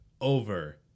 over